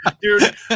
Dude